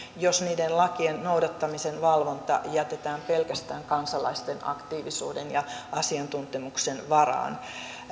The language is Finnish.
jos niiden lakien noudattamisen valvonta jätetään pelkästään kansalaisten aktiivisuuden ja asiantuntemuksen varaan